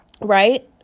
right